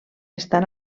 estan